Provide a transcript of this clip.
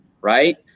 right